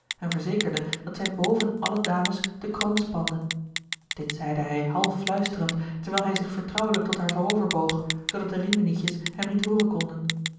en verzekerde dat zij boven alle dames de kroon spande dit zeide hij half fluisterend terwijl hij zich vertrouwelijk tot haar voorover boog zoodat de riminietjes hem niet hooren konden